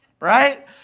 right